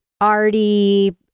arty